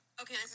Okay